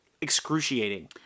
excruciating